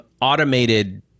automated